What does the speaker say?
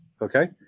Okay